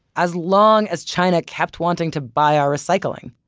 as long as china kept wanting to buy our recycling.